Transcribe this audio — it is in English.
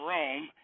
Rome